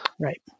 Right